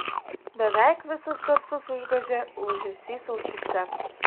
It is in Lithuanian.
beveik visus garsus užgožė ūžesys ausyse